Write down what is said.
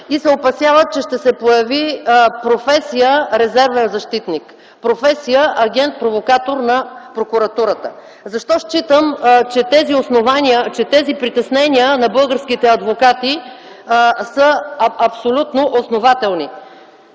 и се опасяват, че ще се появи професия „резервен защитник”, професия „агент провокатор на прокуратурата”. Защо считам, че тези притеснения на българските адвокати са абсолютно основателни?